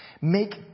Make